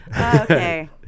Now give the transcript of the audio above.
Okay